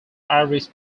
irish